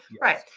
right